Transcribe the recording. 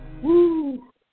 Woo